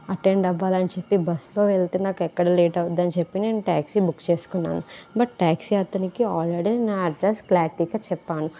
attend అవ్వాలని చెప్పి బస్సులో వెళ్తే నాకు ఎక్కడ లేట్ అవుద్దని చెప్పి నేను టాక్సీ బుక్ చేసుకున్నాను బట్ టాక్సీ అతనికి ఆల్రెడీ నా అడ్రస్ క్లారిటీగా చెప్పాను